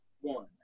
one